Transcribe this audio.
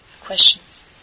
questions